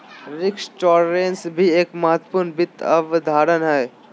risk tolerance भी एक महत्वपूर्ण वित्त अवधारणा हय